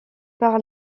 par